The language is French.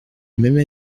même